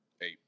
Eight